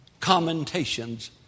commentations